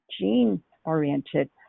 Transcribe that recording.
gene-oriented